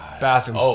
bathroom